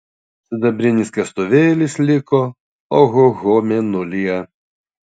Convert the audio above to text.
sidabrinis kastuvėlis liko ohoho mėnulyje